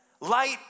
light